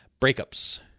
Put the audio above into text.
Breakups